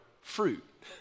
fruit